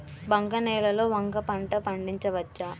బంక నేలలో వంగ పంట పండించవచ్చా?